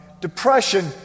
Depression